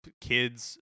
kids